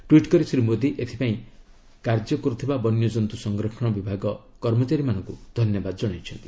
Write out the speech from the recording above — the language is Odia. ଟ୍ୱିଟ୍ କରି ଶ୍ରୀ ମୋଦି ଏଥିପାଇଁ କାର୍ଯ୍ୟ କରିଥିବା ବନ୍ୟଜନ୍ତୁ ସଂରକ୍ଷଣ ବିଭାଗ କର୍ମଚାରୀମାନଙ୍କୁ ଧନ୍ୟବାଦ କଣାଇଛନ୍ତି